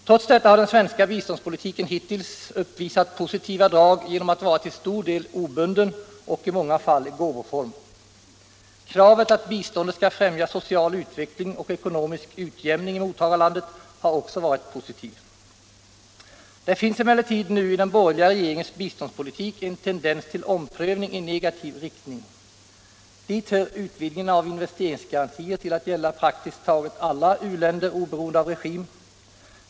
Trots detta har den svenska biståndspolitiken hitintills uppvisat positiva drag genom att vara till stor del obunden och genom att biståndet i många fall skett i gåvoform. Kravet att biståndet skall främja social utveckling och ekonomisk utjämning i mottagarlandet har också varit positivt. Nu finns det emellertid i den borgerliga regeringens biståndspolitik en tendens till omprövning i negativ riktning. Dit hör utvidgningen av investeringsgarantier till att gälla praktiskt taget alla u-länder, oberoende av regim.